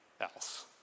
else